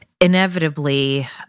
inevitably